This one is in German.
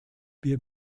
wir